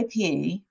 IP